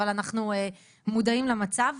אבל אנחנו מודעים למצב.